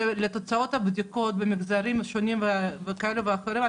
על תוצאות הבדיקות במגזרים שונים כאלה ואחרים,